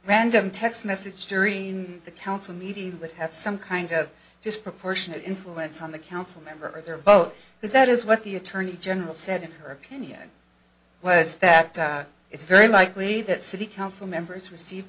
random text message during the council meeting would have some kind of disproportionate influence on the council member or their vote because that is what the attorney general said in her opinion was that it's very likely that city council members receive